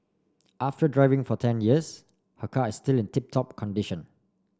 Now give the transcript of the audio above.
after driving for ten years her car is still in tip top condition